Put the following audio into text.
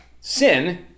sin